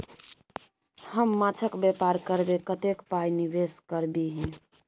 हम माछक बेपार करबै कतेक पाय निवेश करबिही?